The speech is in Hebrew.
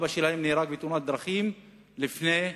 אבא שלהם נהרג בתאונת דרכים לפני חודשיים.